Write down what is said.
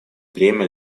бремя